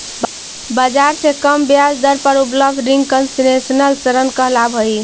बाजार से कम ब्याज दर पर उपलब्ध रिंग कंसेशनल ऋण कहलावऽ हइ